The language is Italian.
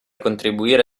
contribuire